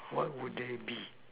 what would they be